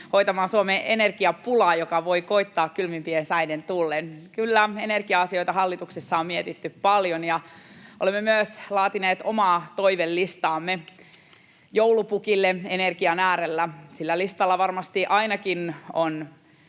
hoitamaan Suomen energiapulaa, joka voi koittaa kylmimpien säiden tullen. Kyllä energia-asioita hallituksessa on mietitty paljon, ja olemme myös laatineet omaa toivelistaamme joulupukille energian äärellä. Sillä listalla varmasti on ainakin